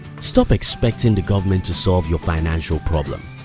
stop expecting the government to solve your financial problem.